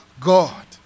God